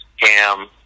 cam